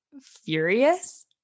furious